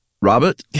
Robert